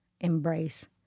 embrace